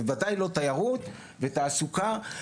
וודאי לא תיירות ותעסוקה,